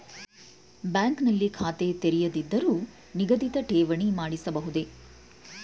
Bank ನಲ್ಲಿ ಖಾತೆ ತೆರೆಯದಿದ್ದರೂ ನಿಗದಿತ ಠೇವಣಿ ಮಾಡಿಸಬಹುದೇ?